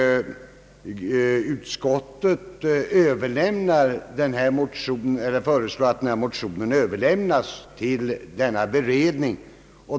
Utskottet föreslår att motionerna överlämnas till grundlagberedningen.